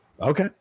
Okay